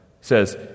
says